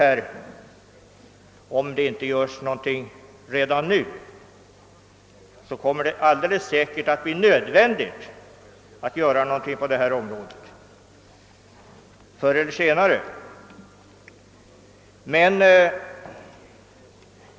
Förr eller senare blir det säkert nödvändigt att göra någonting på detta område.